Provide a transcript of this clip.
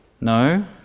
No